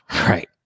Right